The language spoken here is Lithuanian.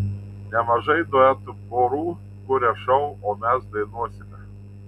nemažai duetų porų kuria šou o mes dainuosime